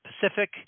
Pacific